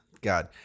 god